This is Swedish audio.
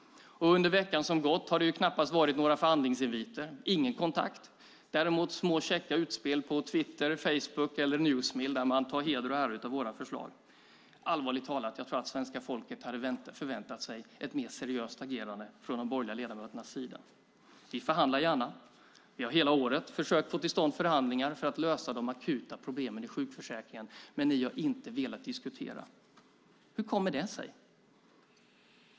Under veckan som gått har det knappast varit några förhandlingsinviter. Det har inte varit någon kontakt. Däremot har det varit små käcka utspel på Twitter, Facebook och Newsmill där man tar heder och ära av våra förslag. Allvarligt talat: Jag tror att svenska folket hade förväntat sig ett mer seriöst agerande från de borgerliga ledamöternas sida. Vi förhandlar gärna. Vi har hela året försökt att få till stånd förhandlingar för att lösa de akuta problemen i sjukförsäkringen. Men ni har inte velat diskutera. Hur kommer det sig?